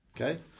okay